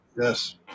Yes